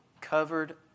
covered